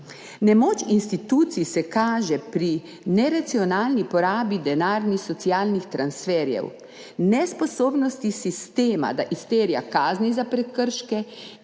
Nemoč institucij se kaže pri neracionalni porabi denarnih socialnih transferjev, nesposobnosti sistema, da izterja kazni za prekrške,